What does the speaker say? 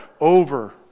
over